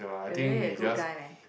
you're really a good guy man